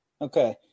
Okay